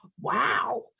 wow